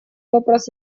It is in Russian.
вопрос